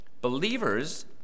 Believers